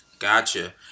Gotcha